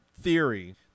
theory